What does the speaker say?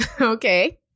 Okay